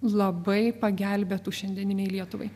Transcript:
labai pagelbėtų šiandieninei lietuvai